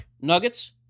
Nuggets